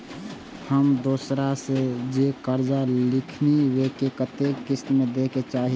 हम दोसरा से जे कर्जा लेलखिन वे के कतेक किस्त में दे के चाही?